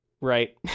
Right